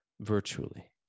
virtually